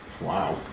Wow